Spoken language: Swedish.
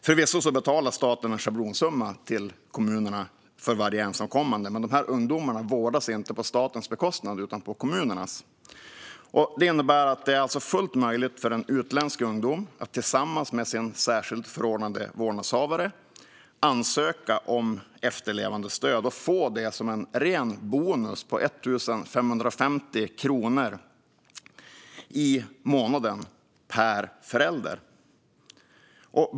Förvisso betalar staten en schablonsumma till kommunerna för varje ensamkommande, men de här ungdomarna vårdas inte på statens bekostnad utan på kommunernas. Det är alltså fullt möjligt för en utländsk ungdom att tillsammans med sin särskilt förordnade vårdnadshavare ansöka om efterlevandestöd och få det som en ren bonus på 1 550 kronor i månaden per förälder.